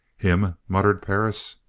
him! muttered perris.